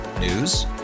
News